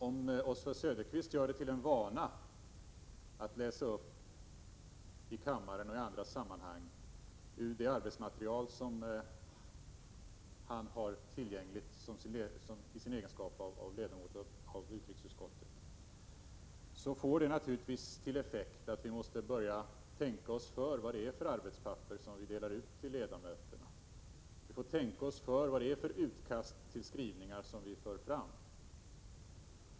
Om Oswald Söderqvist gör det till en vana att i kammaren och i andra sammanhang läsa upp ur det arbetsmaterial som han har tillgängligt i sin egenskap av ledamot i utrikesutskottet, får detta naturligtvis till effekt att vi måste börja tänka oss för vad det är för arbetspapper som vi delar ut till ledamöterna. Vi får tänka oss för vad det är för utkast till skrivningar som vi lägger fram.